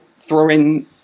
throwing